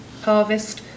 harvest